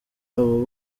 abo